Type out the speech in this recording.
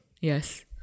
yes